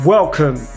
Welcome